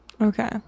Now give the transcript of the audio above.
Okay